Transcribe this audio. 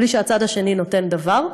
בלי שהצד השני נותן דבר,